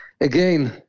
again